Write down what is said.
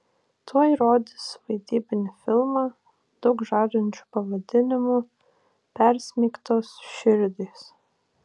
tuoj rodys vaidybinį filmą daug žadančiu pavadinimu persmeigtos širdys